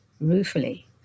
ruefully